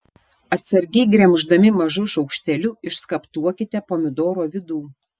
atsargiai gremždami mažu šaukšteliu išskaptuokite pomidoro vidų